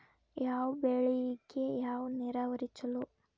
ಯಾವ ಬೆಳಿಗೆ ಯಾವ ನೇರಾವರಿ ಛಲೋ?